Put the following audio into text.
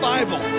Bible